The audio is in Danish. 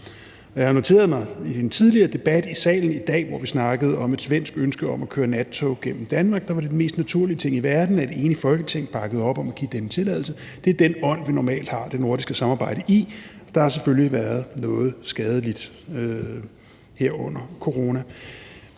Jeg har noteret mig i en tidligere debat i salen i dag, hvor vi snakkede om et svensk ønske om at køre nattog gennem Danmark, at der var det den mest naturlige ting i verden, at et enigt Folketing bakkede op om at give denne tilladelse, og det er den ånd, vi normalt har det nordiske samarbejde i – der har selvfølgelig været noget skadeligt her under corona